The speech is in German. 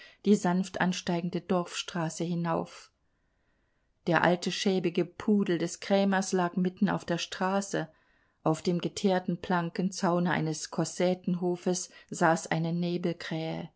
die sanft ansteigende dorfstraße hinauf der alte schäbige pudel des krämers lag mitten auf der straße auf dem geteerten plankenzaune eines kossätenhofes saß eine